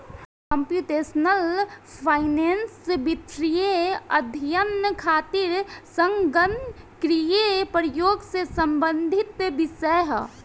computational finance वित्तीय अध्ययन खातिर संगणकीय प्रयोग से संबंधित विषय ह